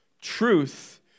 Truth